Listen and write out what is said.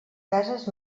cases